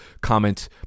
comment